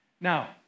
Now